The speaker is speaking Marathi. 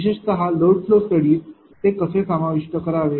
विशेषतः लोड फ्लो स्टडीत ते कसे समाविष्ट करावे